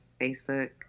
Facebook